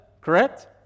correct